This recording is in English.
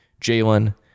jalen